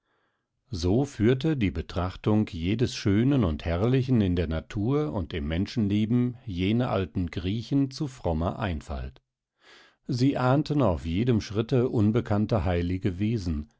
so führte die betrachtung jedes schönen und herrlichen in der natur und im menschenleben jene alten griechen zu frommer einfalt sie ahnten auf jedem schritte unbekannte heilige wesen